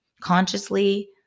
consciously